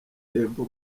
temple